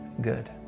good